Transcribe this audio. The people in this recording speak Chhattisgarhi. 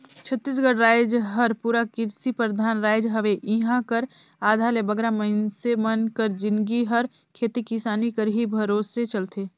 छत्तीसगढ़ राएज हर पूरा किरसी परधान राएज हवे इहां कर आधा ले बगरा मइनसे मन कर जिनगी हर खेती किसानी कर ही भरोसे चलथे